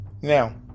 Now